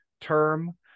term